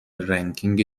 رنکینگ